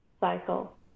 cycle